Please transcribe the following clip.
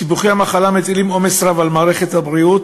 סיבוכי המחלה מטילים עומס רב על מערכת הבריאות